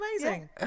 Amazing